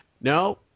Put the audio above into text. No